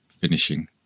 finishing